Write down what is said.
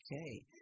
Okay